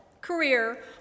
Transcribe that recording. career